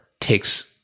takes